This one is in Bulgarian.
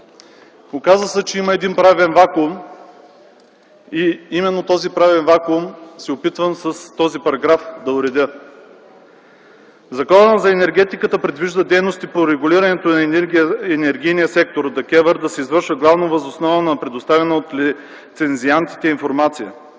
Оказа се, че има правен вакуум. Именно него се опитвам да уредя с този параграф. Законът за енергетиката предвижда дейностите по регулирането на енергийния сектор от ДКЕВР да се извършва главно въз основа на предоставена от лицензиантите информация,